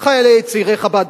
"צעירי חב"ד,